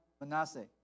Manasseh